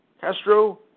Castro